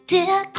Dear